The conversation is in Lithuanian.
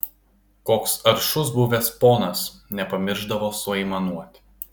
koks aršus buvęs ponas nepamiršdavo suaimanuot